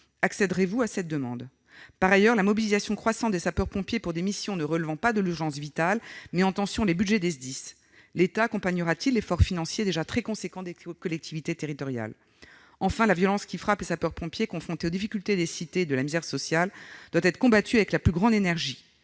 Accéderez-vous à cette demande ? Par ailleurs, la mobilisation croissante des sapeurs-pompiers pour des missions ne relevant pas de l'urgence vitale met en tension les budgets des SDIS. L'État accompagnera-t-il l'effort financier déjà très important des collectivités territoriales ? Enfin, la violence qui frappe les sapeurs-pompiers, confrontés aux difficultés des cités et à la misère sociale, doit être combattue avec la plus grande énergie.